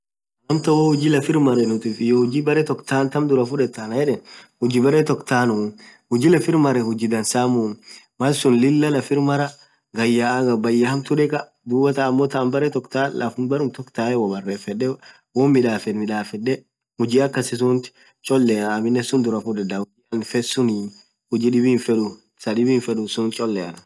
amtan woo hujji lafir marren iyo huji berre tok than dhurah fudhetha anan yedhe huji berre tokk thaanu huji lafir Maren huji dhansamuu malsun Lilah lafir mara bayya hamtu dheka dhuathan ammo thamm berre tok thaaan berum tok thaaan woo barefedhe won midhafedhe midhefedhe huji akhasisuth cholea aminen suun dhurah fudhedha thaaanin fedh suuni huji dhibi hifedhu suth cholea